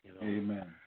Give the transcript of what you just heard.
Amen